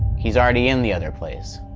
he's already in the other place.